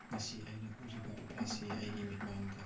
ꯉꯁꯤ ꯑꯩꯅ ꯎꯔꯤꯕ ꯄꯄꯥꯁꯦ ꯑꯩꯒꯤ ꯃꯤꯠꯃꯥꯡꯗ